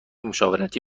مشاورتی